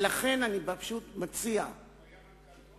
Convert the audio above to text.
לכן, אני פשוט מציע, הוא היה מנכ"ל טוב?